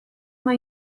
una